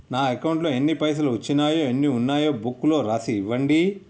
నా అకౌంట్లో ఎన్ని పైసలు వచ్చినాయో ఎన్ని ఉన్నాయో బుక్ లో రాసి ఇవ్వండి?